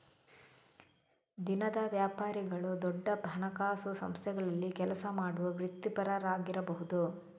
ದಿನದ ವ್ಯಾಪಾರಿಗಳು ದೊಡ್ಡ ಹಣಕಾಸು ಸಂಸ್ಥೆಗಳಲ್ಲಿ ಕೆಲಸ ಮಾಡುವ ವೃತ್ತಿಪರರಾಗಿರಬಹುದು